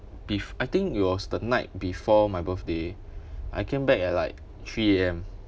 bef~ I think it was the night before my birthday I came back at like three A_M